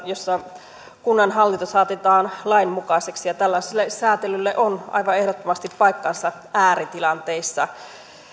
jossa kunnan hallinto saatetaan lainmukaiseksi ja tällaiselle säätelylle on aivan ehdottomasti paikkansa ääritilanteissa